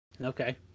Okay